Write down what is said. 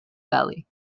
valley